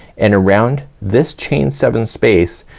and around this chain seven space,